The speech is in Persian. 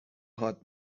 هات